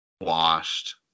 washed